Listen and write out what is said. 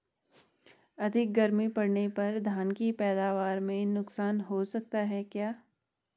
अधिक गर्मी पड़ने पर धान की पैदावार में नुकसान हो सकता है क्या?